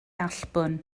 allbwn